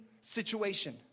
situation